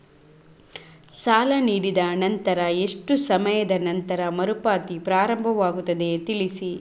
ಸಾಲ ನೀಡಿದ ನಂತರ ಎಷ್ಟು ಸಮಯದ ನಂತರ ಮರುಪಾವತಿ ಪ್ರಾರಂಭವಾಗುತ್ತದೆ ತಿಳಿಸಿ?